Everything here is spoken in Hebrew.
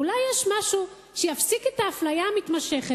אולי יש משהו שיפסיק את האפליה המתמשכת?